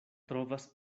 trovas